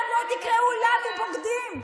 קצת בנעימות, קצת בממלכתיות.